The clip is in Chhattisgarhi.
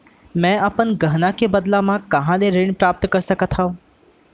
मै अपन गहना के बदला मा कहाँ ले ऋण प्राप्त कर सकत हव?